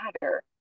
matter